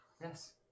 Yes